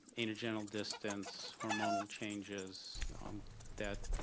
anogenital distance, hormonal changes that